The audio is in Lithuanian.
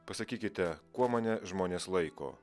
pasakykite kuo mane žmonės laiko